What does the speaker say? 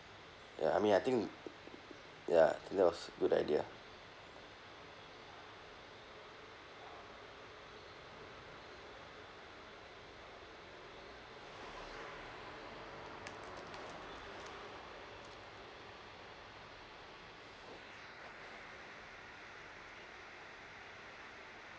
ya I mean I think ya think that was good idea